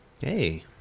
Hey